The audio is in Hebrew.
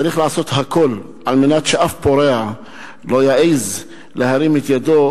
צריך לעשות הכול כדי שאף פורע לא יעז להרים את ידו,